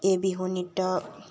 এই বিহু নৃত্য